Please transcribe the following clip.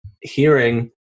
hearing